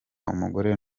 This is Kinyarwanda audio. umugore